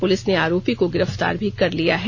police ने आरोपी को गिरफ्तार भी कर लिया है